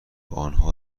انها